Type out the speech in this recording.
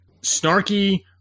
Snarky